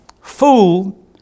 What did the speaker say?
Fool